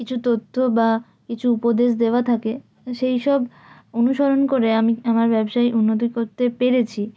কিছু তথ্য বা কিছু উপদেশ দেওয়া থাকে সেই সব অনুসরণ করে আমি আমার ব্যবসায়িক উন্নতি করতে পেরেছি